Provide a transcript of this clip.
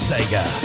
Sega